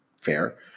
Fair